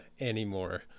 anymore